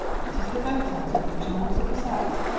that is the boat out of which i was upset.